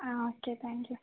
ആ okay thank you